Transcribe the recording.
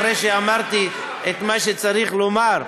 אחרי שאמרתי את מה שצריך לומר,